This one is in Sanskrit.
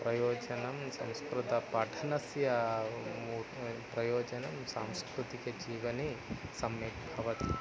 प्रयोजनं संस्कृतपठनस्य प्रयोजनं सांस्कृतिकजीवने सम्यक् भवति